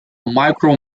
micro